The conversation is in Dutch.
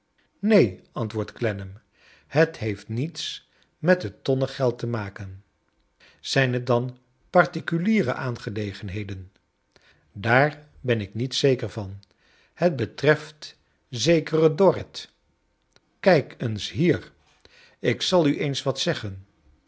neen antwoordt clennam het heeft niets met net tonnengeld te maken zijn het dan particuliere aangelegenheden daar ben ik niet zeker van het betreft zekeren dorrit kijk eens hier ik zal u eens wat zeggen